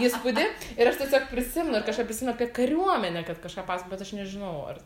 įspūdį ir aš tiesiog prisimenu ir kažką prisimenu apie kariuomenę kad kažką pasa bet aš nežinau ar